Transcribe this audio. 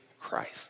Christ